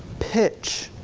pitch,